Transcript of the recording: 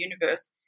universe